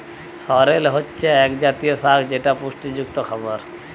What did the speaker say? সরেল হচ্ছে এক জাতীয় শাক যেটা পুষ্টিযুক্ত খাবার